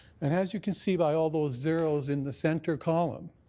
and as you can see by all those zeros in the centre column,